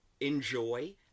Enjoy